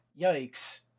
yikes